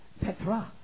Petra